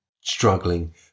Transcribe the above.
struggling